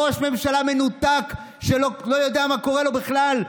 ראש ממשלה מנותק שלא יודע מה קורה לו בכלל.